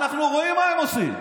אנחנו רואים מה הם עושים,